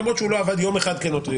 למרות שהוא לא עבד יום אחד כנוטריון,